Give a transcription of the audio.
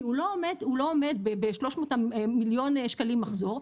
הוא לא עומד ב-300 מיליון שקלים מחזור,